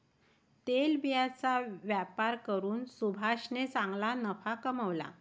तेलबियांचा व्यापार करून सुभाषने चांगला नफा कमावला